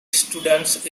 students